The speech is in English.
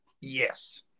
Yes